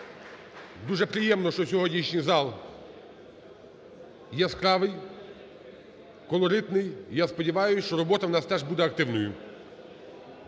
Дуже приємно, що сьогоднішній зал яскравий, колоритний. Я сподіваюсь, що робота у нас теж буде активною.